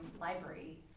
library